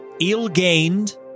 ill-gained